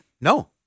No